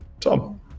Tom